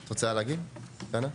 את רוצה להגיב, דנה?